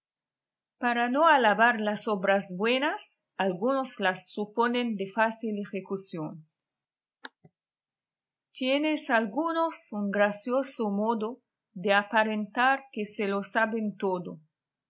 para no alabar las obras buenas algunos las suponen de fácil ejecución tienen algunos un gracioso modo de aparentar que se lo saben todo